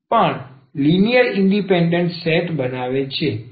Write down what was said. પણ linear independent set બનાવે છે